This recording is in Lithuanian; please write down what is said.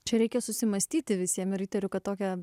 čia reikia susimąstyti visiems riteriu kad tokią